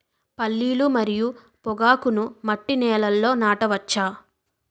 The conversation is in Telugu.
పల్లీలు మరియు పొగాకును మట్టి నేలల్లో నాట వచ్చా?